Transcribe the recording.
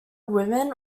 women